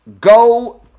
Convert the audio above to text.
go